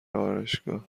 آرایشگاه